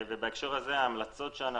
מה עם